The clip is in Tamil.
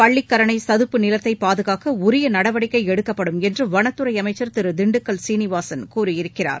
பள்ளிக்கரணை சதுப்பு நிலத்தை பாதுகாக்க உரிய நடவடிக்கை எடுக்கப்படும் என்று வனத்துறை அமைச்சர் திரு திண்டுக்கல் சீனிவாசன் கூறியிருக்கிறார்